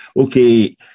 Okay